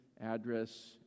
address